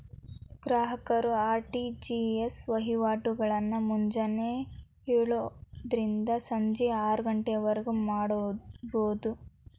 ಗ್ರಾಹಕರು ಆರ್.ಟಿ.ಜಿ.ಎಸ್ ವಹಿವಾಟಗಳನ್ನ ಮುಂಜಾನೆ ಯೋಳರಿಂದ ಸಂಜಿ ಆರಗಂಟಿವರ್ಗು ಮಾಡಬೋದು